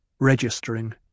Registering